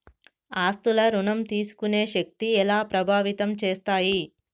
ఆస్తుల ఋణం తీసుకునే శక్తి ఎలా ప్రభావితం చేస్తాయి?